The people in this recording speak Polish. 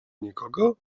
nikogo